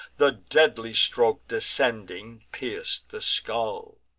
the deadly stroke, descending, pierc'd the skull.